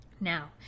Now